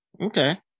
Okay